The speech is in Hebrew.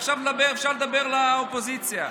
עכשיו אפשר לדבר לאופוזיציה,